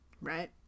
Right